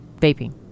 vaping